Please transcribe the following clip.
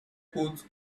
coat